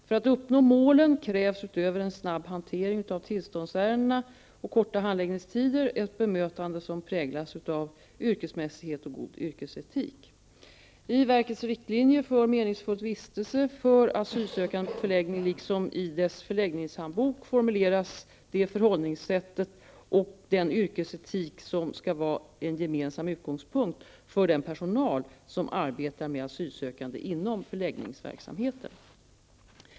För att uppnå målen krävs, utöver en snabb hantering av tillståndsärenden och korta handläggningstider, ett bemötande som präglas av yrkesmässighet och god yrkesetik. I verkets Riktlinjer för meningsfull vistelse för asylsökande på förläggning liksom i dess förläggningshandbok formuleras det förhållningssätt och den yrkesetik som skall vara en gemensam utgångspunkt för den personal som arbetar med asylsökande inom förläggningsverksamheten.